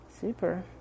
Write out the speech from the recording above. Super